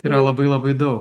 yra labai labai daug